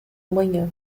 manhã